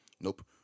nope